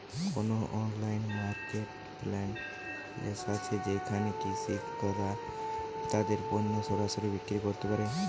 কোন online marketplace আছে যেখানে কৃষকরা তাদের পণ্য সরাসরি বিক্রি করতে পারে?